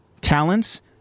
talents